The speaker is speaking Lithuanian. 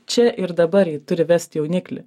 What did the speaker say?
čia ir dabar ji turi vest jauniklį